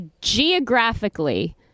geographically